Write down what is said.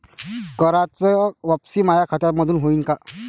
कराच वापसी माया खात्यामंधून होईन का?